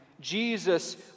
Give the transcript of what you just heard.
Jesus